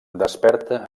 desperta